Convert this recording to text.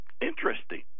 Interesting